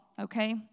okay